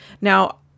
Now